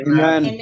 Amen